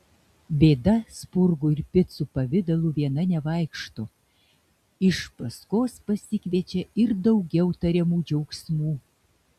bėda spurgų ir picų pavidalu viena nevaikšto iš paskos pasikviečia ir daugiau tariamų džiaugsmų